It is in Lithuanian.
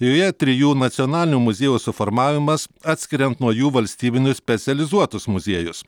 joje trijų nacionalinių muziejų suformavimas atskiriant nuo jų valstybinius specializuotus muziejus